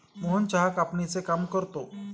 मोहन चहा कापणीचे काम करतो